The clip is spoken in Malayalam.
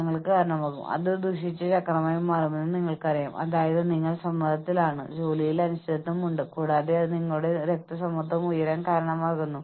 അതിനാൽ നാമെല്ലാവരും മനുഷ്യരാണ് ഞങ്ങൾ മെഷീനുകളല്ല നിങ്ങൾക്ക് അറിയാവുന്ന ഇൻപുട്ട് ഔട്ട്പുട്ട് തത്ത്വചിന്തകളാൽ ഞങ്ങൾ നിയന്ത്രിക്കപ്പെടുന്നില്ല മിക്ക കേസുകളിലും ഞങ്ങൾ യന്ത്രങ്ങളെപ്പോലെയാകാൻ ശ്രമിക്കുന്നു